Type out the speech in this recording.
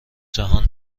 جهان